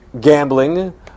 gambling